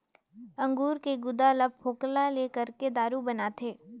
अंगूर के गुदा ल फोकला ले करके दारू बनाथे